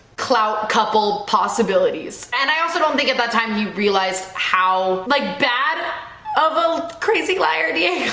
clout couple possibilities and i also don't think at that time you realized how like bad of a crazy liar yeah,